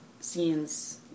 scenes